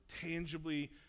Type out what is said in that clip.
tangibly